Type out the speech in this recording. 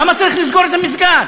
למה צריך לסגור את המסגד?